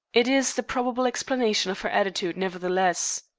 it is the probable explanation of her attitude, nevertheless.